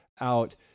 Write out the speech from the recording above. out